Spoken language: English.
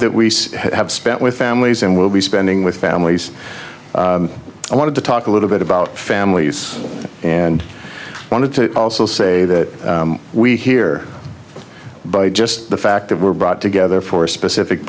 that we have spent with families and we'll be spending with families i want to talk a little bit about families and i wanted to also say that we here by just the fact that we're brought together for a specific